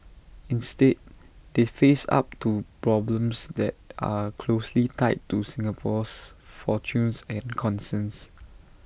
instead they face up to problems that are closely tied to Singapore's fortunes and concerns